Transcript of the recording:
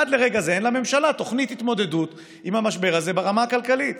עד לרגע זה אין לממשלה תוכנית התמודדות עם המשבר הזה ברמה הכלכלית,